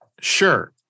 sure